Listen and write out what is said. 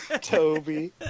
Toby